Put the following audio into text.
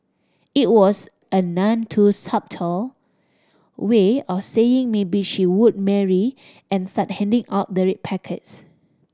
it was a none too subtle way of saying maybe she would marry and start handing out the red packets